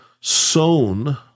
sown